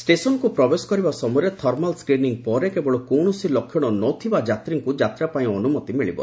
ଷ୍ଟେସନକୁ ପ୍ରବେଶ କରିବା ସମୟରେ ଥର୍ମାଲ ସ୍କ୍ରିନିଂ ପରେ କେବଳ କୌଣସି ଲକ୍ଷଣ ନ ଥିବା ଯାତ୍ରୀଙ୍କୁ ଯାତ୍ରା ପାଇଁ ଅନୁମତି ମିଳିବ